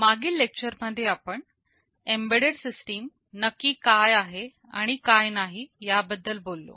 मागील लेक्चर मध्ये आपण एम्बेडेड सिस्टीम नक्की काय आहे आणि काय नाही याबद्दल बोललो